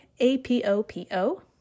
APOPO